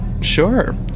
Sure